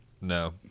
No